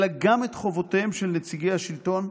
אלא גם את חובותיהם של נציגי השלטון,